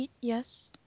Yes